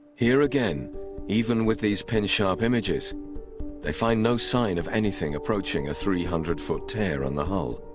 here again even with these pin sharp images they find no sign of anything approaching a three hundred foot tear on the hull.